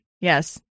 yes